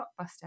blockbuster